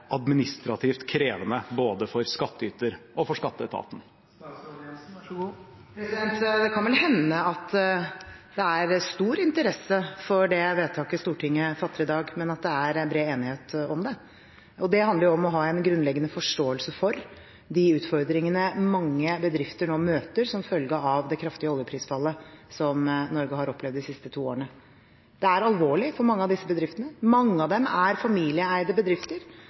administrativt krevende både for skattyter og for skatteetaten? Det kan vel hende at det er stor interesse for det vedtaket Stortinget fatter i dag, men at det er bred enighet om det. Det handler om å ha en grunnleggende forståelse for de utfordringene mange bedrifter nå møter som følge av det kraftige oljeprisfallet Norge har opplevd de siste to årene. Det er alvorlig for mange av disse bedriftene. Mange av dem er familieeide bedrifter,